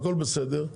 הכול בסדר,